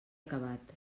acabat